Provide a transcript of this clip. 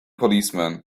policeman